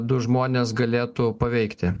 du žmonės galėtų paveikti